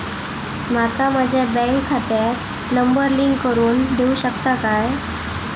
माका माझ्या बँक खात्याक नंबर लिंक करून देऊ शकता काय?